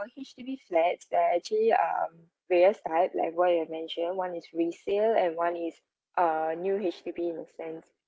for H_D_B flats there are actually um various type like what you have mentioned one is resale and one is err new H_D_B in a sense